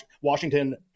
Washington